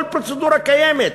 כל פרוצדורה קיימת,